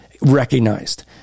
recognized